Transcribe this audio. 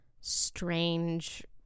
strange